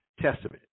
Testament